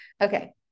okay